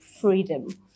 freedom